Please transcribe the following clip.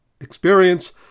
experience